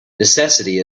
necessity